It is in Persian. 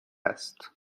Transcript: است